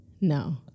No